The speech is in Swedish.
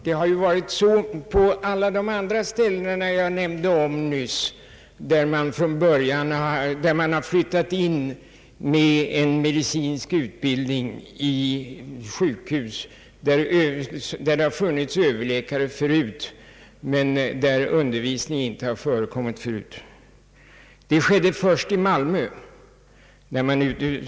Så har det varit på alla de andra ställena, som jag nämnde nyss, då man har flyttat in en medicinsk utbildning i ett sjukhus där det förut har funnits en Överläkare men där undervisning inte tidigare har förekommit.